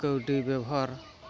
ᱠᱟᱹᱣᱰᱤ ᱵᱮᱣᱦᱟᱨ